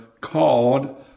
called